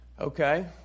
Okay